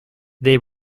they